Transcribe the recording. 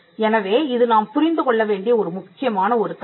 எனவே இது நாம் புரிந்து கொள்ள வேண்டிய ஒரு முக்கியமான ஒரு கருத்து